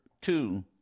two